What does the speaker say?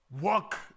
Work